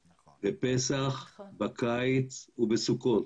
בפסח, בקיץ ובסוכות.